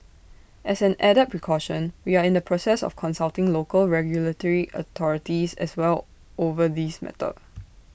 as an added precaution we are in the process of consulting local regulatory authorities as well over this matter